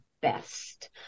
best